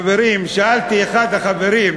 חברים, שאלתי את אחד החברים: